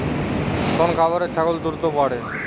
কোন খাওয়ারে ছাগল দ্রুত বাড়ে?